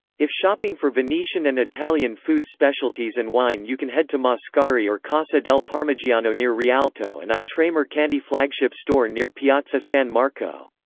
if shopping for venetian and italian food specialties and wine you can head to mascari or casa del parmigiano near rialto and i tre mercanti flagship store near piazza san marco.